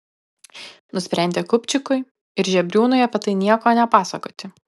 nusprendė kupčikui ir žebriūnui apie tai nieko nepasakoti